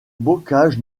bocage